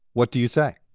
what do you say?